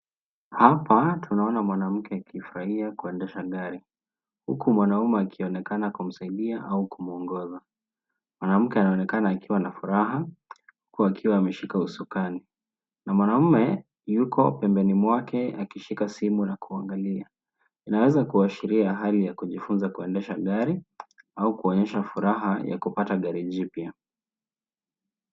Hapa tunaona mwanamke akifurahia kuendesha gari, huku mwanaume akionekana kumsaidia au kumuongoza. Mwanamke anaonekana akiwa na furaha huku akiwa ameshika husukani. Na mwanaume yuko pembeni mwake akishika simu na kuangalia. Inaweza kuashiria hali ya kujifunza kuendesha gari au kuonyesha furaha ya kupata gari jipya.